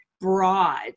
broad